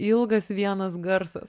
ilgas vienas garsas